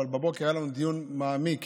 אבל בבוקר היה לנו דיון מעמיק